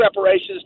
preparations